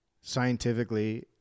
scientifically